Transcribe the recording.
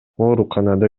ооруканада